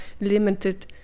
limited